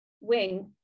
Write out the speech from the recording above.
wing